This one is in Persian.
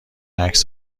عکس